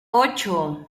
ocho